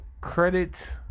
credit